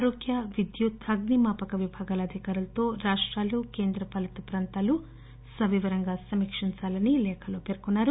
ఆరోగ్య విద్యుత్ అగ్ని మాపక విభాగాల అధికారులతో రాష్రాలు కేంద్రపాలిత ప్రాంతాలు సవివరంగా సమీక్షించాలని లేఖలో కోరారు